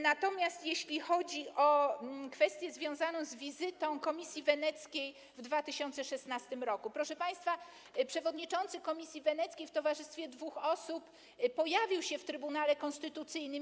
Natomiast jeśli chodzi o kwestię związaną z wizytą Komisji Weneckiej w 2016 r., proszę państwa, przewodniczący Komisji Weneckiej w towarzystwie dwóch osób pojawił się w Trybunale Konstytucyjnym.